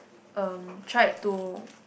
um tried to